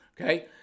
okay